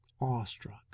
awestruck